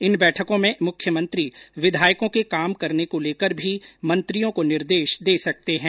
इन बैठकों में मुख्यमंत्री विधायकों के काम करने को लेकर भी मंत्रियों को निर्देश दे सकते हैं